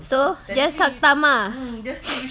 so just suck thumb ah